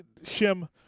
Shim